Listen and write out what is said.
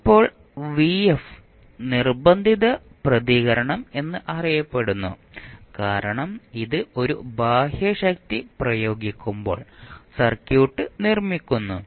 ഇപ്പോൾ നിർബന്ധിത പ്രതികരണം എന്ന് അറിയപ്പെടുന്നു കാരണം ഇത് ഒരു ബാഹ്യശക്തി പ്രയോഗിക്കുമ്പോൾ സർക്യൂട്ട് നിർമ്മിക്കുന്നു